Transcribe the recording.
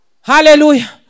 Hallelujah